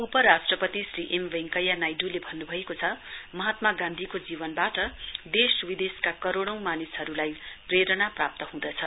उपराष्ट्रपति श्री एम वेंकैया नाइड्रले भन्न् भएको छ महात्मा गान्धीको जीवनबाट देशविदेशका र करोडौं मानिसहरूलाई प्रेरणा प्राप्त हदछ